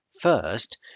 first